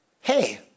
hey